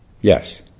yes